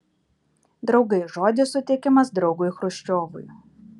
draugai žodis suteikiamas draugui chruščiovui